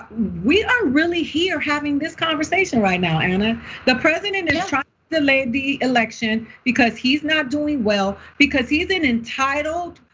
we are really here having this conversation right now. and the president and delay the election, because he's not doing well, because he's and entitled,